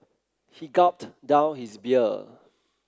he gulped down his beer